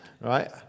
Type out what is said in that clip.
right